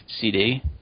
CD